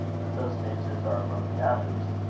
but those natures are above the average.